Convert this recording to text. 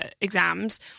exams